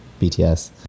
BTS